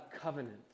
covenant